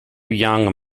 young